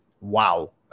wow